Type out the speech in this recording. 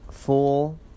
full